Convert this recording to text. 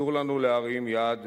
אסור לנו להרים יד